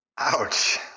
ouch